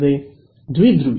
ವಿದ್ಯಾರ್ಥಿ ದ್ವಿಧ್ರುವಿ